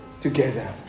together